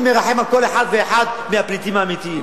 אני מרחם על כל אחד ואחד מהפליטים האמיתיים.